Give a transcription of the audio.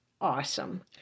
awesome